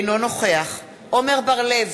אינו נוכח עמר בר-לב,